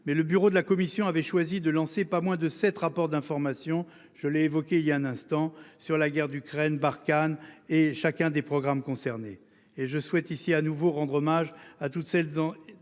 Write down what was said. mais le bureau de la commission avait choisi de lancer. Pas moins de 7 rapports d'information. Je l'ai évoqué il y a un instant sur la guerre d'Ukraine Barkhane et chacun des programmes concernés et je souhaite ici à nouveau rendre hommage à toutes celles